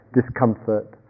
discomfort